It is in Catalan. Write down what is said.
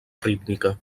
rítmica